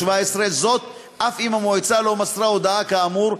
זאת אף אם המועצה לא מסרה הודעה כאמור.